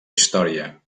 història